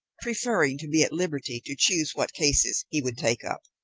preferring to be at liberty to choose what cases he would take up.